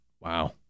Wow